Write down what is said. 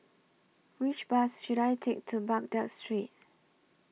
Which Bus should I Take to Baghdad Street